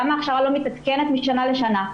למה הכשרה לא מתעדכנת משנה לשנה?